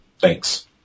Thanks